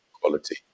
quality